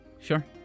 Sure